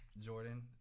Jordan